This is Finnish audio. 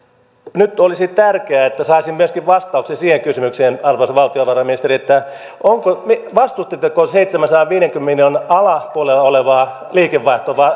nyt olisi tärkeää että saisimme myöskin vastauksen siihen kysymykseen arvoisa valtiovarainministeri vastustitteko seitsemänsadanviidenkymmenen miljoonan alapuolella olevaa